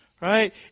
Right